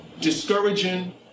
discouraging